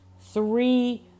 three